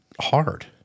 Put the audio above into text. hard